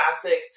classic